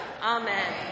Amen